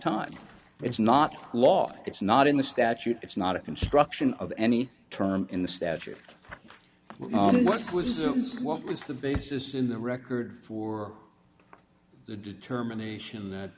time it's not law it's not in the statute it's not a construction of any term in the statute what was assumed was the basis in the record for the determination that